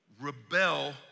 rebel